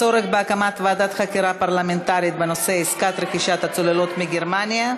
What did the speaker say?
הצורך בהקמת ועדת חקירה פרלמנטרית בנושא עסקת רכישת הצוללות מגרמניה.